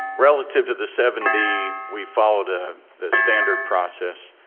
relative to the seven b, we followed ah the standard process.